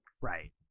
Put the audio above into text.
Right